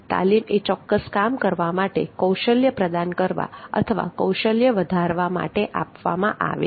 તાલીમ એ ચોક્કસ કામ કરવા માટે કૌશલ્ય પ્રદાન કરવા અથવા કૌશલ્ય વધારવા માટે આપવામાં આવે છે